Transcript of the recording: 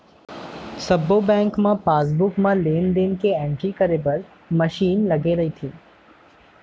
सब्बो बेंक म पासबुक म लेन देन के एंटरी करे बर मसीन लगे रइथे